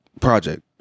project